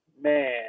Man